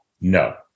No